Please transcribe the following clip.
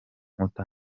nkuta